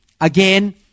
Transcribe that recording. Again